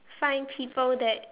find people that